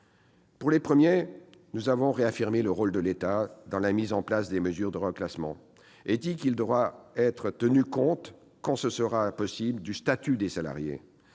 Pour les premiers, nous avons réaffirmé le rôle de l'État dans la mise en place des mesures de reclassement et dit qu'il devra être tenu compte, quand ce sera possible, du statut des salariés.